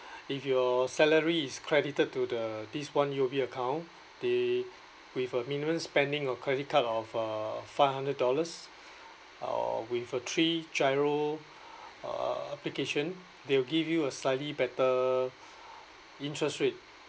if your salary is credited to the this one U_O_B account they with a minimum spending of credit card of uh five hundred dollars or with a three GIRO uh application they will give you a slightly better interest rate